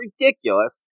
ridiculous